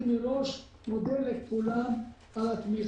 אני מראש מודה לכולם על התמיכה.